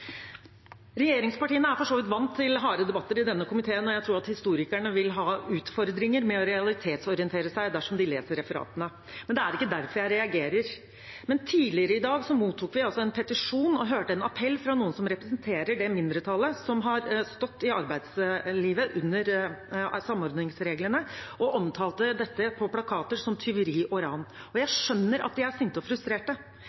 Regjeringspartiene er for så vidt vant til harde debatter i denne komiteen, og jeg tror at historikerne vil ha utfordringer med å realitetsorientere seg dersom de leser referatene. Men det er ikke derfor jeg reagerer. Tidligere i dag mottok vi en petisjon og hørte en appell fra noen som representerer det mindretallet som har stått i arbeidslivet under samordningsreglene, og omtalte dette på plakater som tyveri og ran. Jeg skjønner at de er sinte og